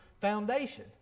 foundation